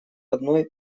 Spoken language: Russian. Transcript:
одной